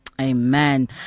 Amen